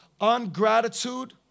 Ungratitude